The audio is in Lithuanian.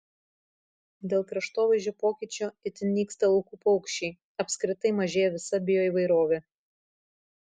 dėl kraštovaizdžio pokyčio itin nyksta laukų paukščiai apskritai mažėja visa bioįvairovė